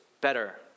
better